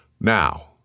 Now